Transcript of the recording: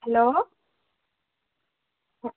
hello হ্যাঁ